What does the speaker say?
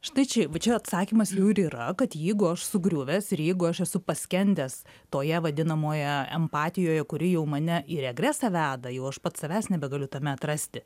štai čia va čia ir atsakymas jau ir yra kad jeigu aš sugriuvęs ir jeigu aš esu paskendęs toje vadinamoje empatijoje kuri jau mane į regresą veda jau aš pats savęs nebegaliu tame atrasti